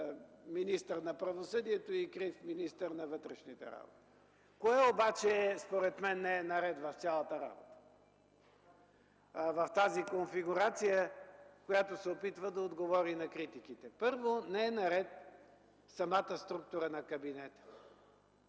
министър на правосъдието, и крив министър на вътрешните работи. Кое обаче според мен не е наред в цялата работа в тази конфигурация, която се опитва да отговори на критиките? Първо, не е наред самата структура на кабинета.